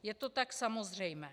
Je to tak samozřejmé.